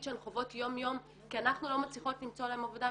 שהן חוות יום יום כי אנחנו לא מצליחות למצוא להן עבודה,